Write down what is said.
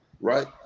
right